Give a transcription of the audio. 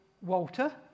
Walter